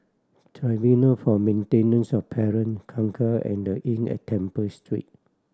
Tribunal for Maintenance of Parent Kangkar and The Inn at Temple Street